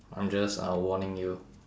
I'm just uh warning you